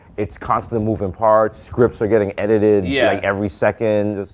it's constant moving parts. scripts are getting edited, yeah like, every second.